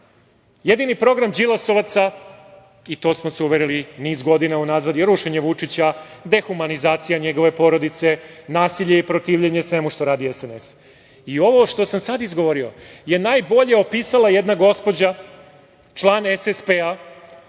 jedini program Đilasovaca, i to smo se uverili i niz godina unazad, je rušenje Vučića, dehumanizacija njegove porodice, nasilje i protivljenje svemu što radi SNS. I ovo što sam sad izgovorio je najbolje opisala jedna gospođa, član SSP-a,